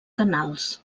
canals